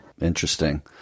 interesting